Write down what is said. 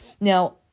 Now